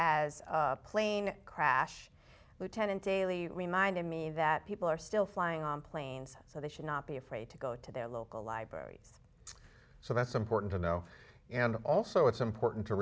as a plane crash lieutenant daily reminded me that people are still flying on planes so they should not be afraid to go to their local libraries so that's important to know and also it's important to